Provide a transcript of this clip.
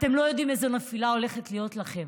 אתם לא יודעים איזו נפילה הולכת להיות לכם.